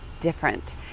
different